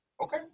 Okay